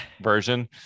version